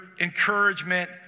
encouragement